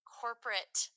corporate